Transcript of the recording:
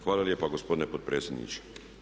Hvala lijepa gospodine potpredsjedniče.